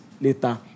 later